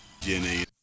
Jenny